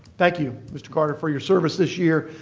thank you, mr. carter, for your service this year.